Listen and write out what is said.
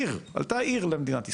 עלתה עיר למדינת ישראל.